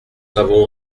savons